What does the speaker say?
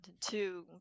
two